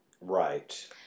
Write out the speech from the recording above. Right